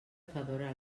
fedora